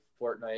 Fortnite